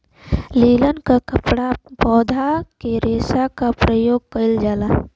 linen क कपड़ा बनवले में पौधा के रेशा क परयोग कइल जाला